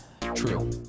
True